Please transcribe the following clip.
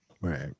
right